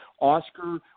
Oscar